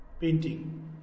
Painting